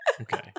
Okay